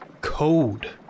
code